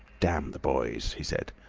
damn the boys he said.